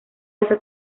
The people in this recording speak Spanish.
esa